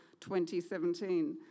2017